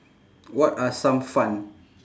what are some fun